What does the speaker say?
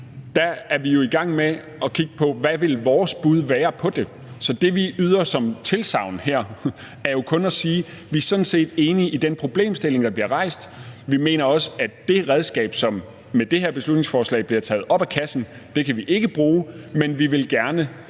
måned – vi jo i gang med at kigge på, hvad vores bud på det vil være. Så det, vi yder som tilsagn her, er jo kun at sige, at vi sådan set er enige i den problemstilling, der bliver rejst, og vi mener også, at det redskab, som med det her beslutningsforslag bliver taget op af kassen, kan vi ikke bruge, men vi vil gerne